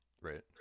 right